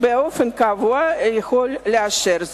באופן קבוע יכול לאשר זאת,